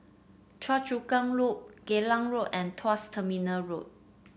Choa Chu Kang Loop Geylang Road and Tuas Terminal Road